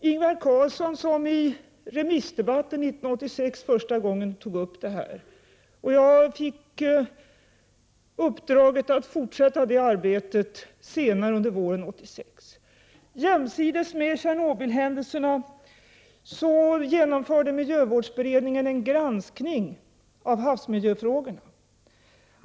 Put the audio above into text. Ingvar Carlsson tog upp detta för första gången i remissdebatten 1986. Jag fick uppdraget att fortsätta detta arbete senare under våren 1986. Jämsides med Tjernobylhändelserna genomförde miljövårdsberedningen en granskning av havsmiljöfrågorna.